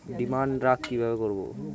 Demand draft কীভাবে করব?